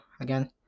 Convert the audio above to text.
Again